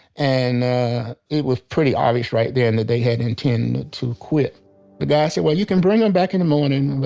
and it was pretty obvious right then that they had intended to quit the guys said well, you can bring them back in the morning.